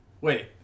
Wait